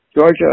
Georgia